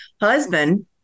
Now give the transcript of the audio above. husband